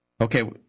okay